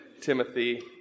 Timothy